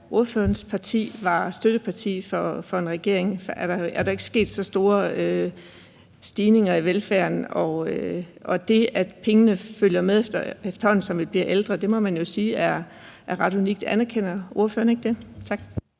ordførerens parti var støtteparti for en regering, er der sket så store stigninger i velfærden, og det, at pengene følger med, efterhånden som vi bliver ældre, må man jo sige er ret unikt. Anerkender ordføreren ikke det? Tak.